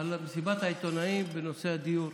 מסיבת העיתונאים בנושא הדיור.